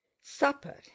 Supper